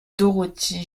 dorothy